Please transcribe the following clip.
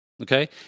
Okay